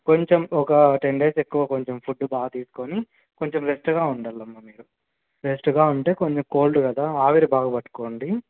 కొంచెం ఒక ten days ఎక్కువ కొంచెం ఫుడ్ బాగా తీసుకొని కొంచెం రెస్ట్గా ఉండాలమ్మా మీరు రెస్ట్గా ఉంటే కొంచెం కోల్డ్ కదా ఆవిరి బాగా పట్టుకోండి